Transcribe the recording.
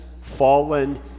fallen